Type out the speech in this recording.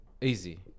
Easy